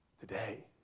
today